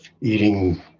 eating